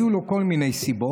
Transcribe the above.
היו לו כל מיני סיבות,